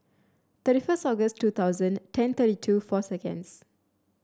thirty first August two thousand ten thirty two four seconds